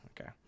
Okay